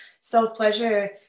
self-pleasure